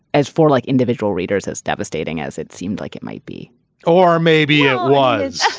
as for like individual readers, as devastating as it seemed like it might be or maybe it was